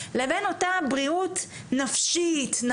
לבין אותה בריאות נפשית,